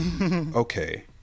okay